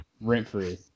Rent-free